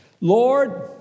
Lord